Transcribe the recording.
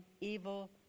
evil